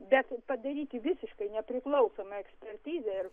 bet ir padaryti visiškai nepriklausomą ekspertizę